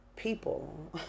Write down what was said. people